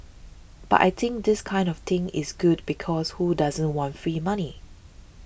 but I think this kind of thing is good because who doesn't want free money